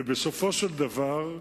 ובסופו של דבר,